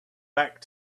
back